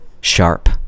sharp